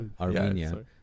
Armenia